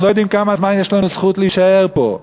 אנחנו לא יודעים כמה זמן יש לנו זכות להישאר פה.